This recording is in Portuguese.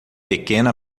pequena